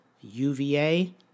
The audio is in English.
UVA